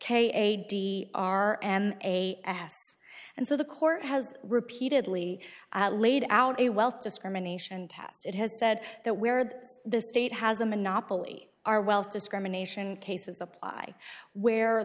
k a d r and a and so the court has repeatedly laid out a wealth discrimination task it has said that where the the state has a monopoly our wealth discrimination cases apply where